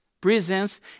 presence